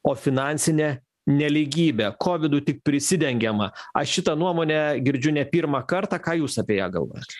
o finansinė nelygybė kovidu tik prisidengiama aš šitą nuomonę girdžiu ne pirmą kartą ką jūs apie ją galvojat